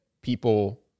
people